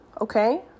okay